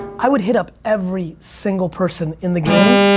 i would hit up every single person in the game,